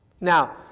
Now